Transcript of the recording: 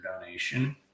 donation